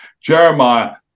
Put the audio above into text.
Jeremiah